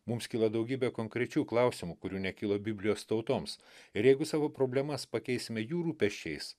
mums kyla daugybė konkrečių klausimų kurių nekilo biblijos tautoms ir jeigu savo problemas pakeisime jų rūpesčiais